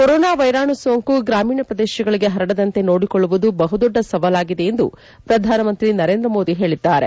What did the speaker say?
corona ವೈರಾಣು ಸೋಂಕು ಗ್ರಾಮೀಣ ಪ್ರದೇಶಗಳಿಗೆ ಪರಡದಂತೆ ನೋಡಿಕೊಳ್ಳುವುದು ಬಹುದೊಡ್ಡ ಸವಾಲಾಗಿದೆ ಎಂದು ಪ್ರಧಾನಮಂತ್ರಿ ನರೇಂದ್ರ ಮೋದಿ ಹೇಳಿದ್ದಾರೆ